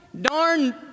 darn